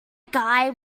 guy